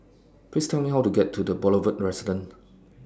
Please Tell Me How to get to The Boulevard Residence